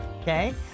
okay